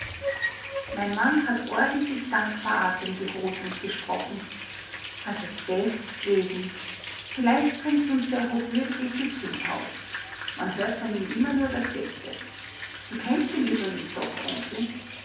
mein mann hat ordentlich dankbar atem geholt und gesprochen also deswegen vielleicht bringt uns der hochwürdige glück ins haus man hört von ihm immer nur das beste du kennst ihn übrigens doch onkel